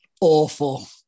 Awful